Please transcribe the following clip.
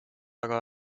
aga